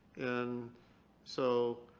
and so,